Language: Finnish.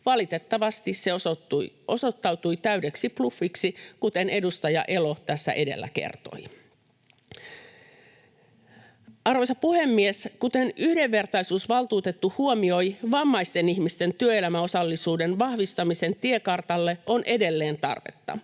Valitettavasti se osoittautui täydeksi bluffiksi, kuten edustaja Elo tässä edellä kertoi. Arvoisa puhemies! Kuten yhdenvertaisuusvaltuutettu huomioi, vammaisten ihmisten työelämäosallisuuden vahvistamisen tiekartalle on edelleen tarvetta.